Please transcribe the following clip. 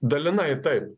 dalinai taip